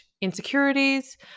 insecurities